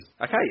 Okay